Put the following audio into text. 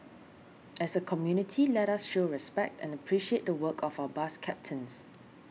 as a community let us show respect and appreciate the work of our bus captains